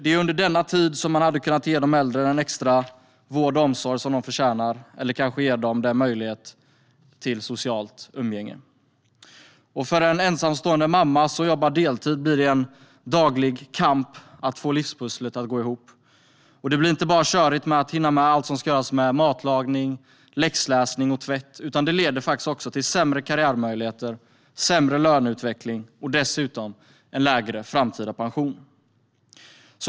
Det är under denna tid man hade kunnat ge de äldre den extra vård och omsorg de förtjänar eller kanske ge dem en möjlighet till socialt umgänge. För en ensamstående mamma som jobbar deltid blir det en daglig kamp att få livspusslet att gå ihop. Det blir inte bara körigt att hinna med allt som ska göras med matlagning, läxläsning och tvätt, utan det leder faktiskt också till sämre karriärmöjligheter, sämre löneutveckling och dessutom en lägre framtida pension.